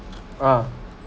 ah